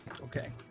Okay